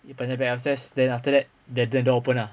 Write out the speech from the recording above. he panjat back upstairs then after that then the door opened ah